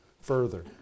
further